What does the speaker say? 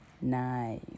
Nice